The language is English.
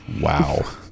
Wow